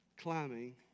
Climbing